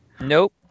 nope